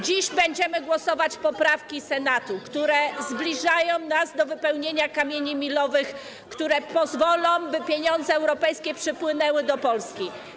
Dziś będziemy głosować nad poprawkami Senatu, które zbliżają nas do wypełnienia kamieni milowych, które pozwolą, by pieniądze europejskie przypłynęły do Polski.